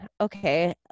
Okay